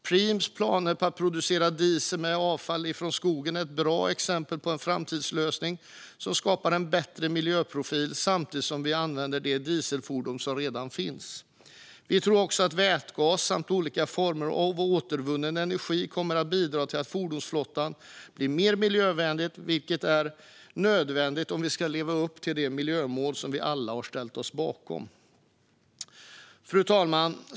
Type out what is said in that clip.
Preems planer på att producera diesel med avfall från skogen är ett bra exempel på en framtidslösning som skapar en bättre miljöprofil samtidigt som vi använder de dieselfordon som redan finns. Vi tror också att vätgas samt olika former av återvunnen energi kommer att bidra till att fordonsflottan blir mer miljövänlig, vilket är nödvändigt om vi ska leva upp till de miljömål som vi alla har ställt oss bakom. Fru talman!